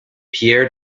pierre